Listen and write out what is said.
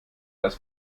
das